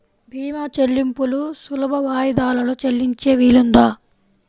భీమా చెల్లింపులు సులభ వాయిదాలలో చెల్లించే వీలుందా?